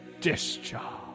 Discharge